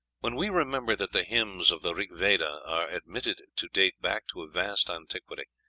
when we remember that the hymns of the rig-veda are admitted to date back to a vast antiquity,